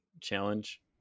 challenge